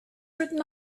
written